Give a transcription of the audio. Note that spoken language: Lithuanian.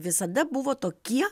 visada buvo tokie